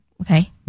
Okay